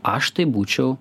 aš taip būčiau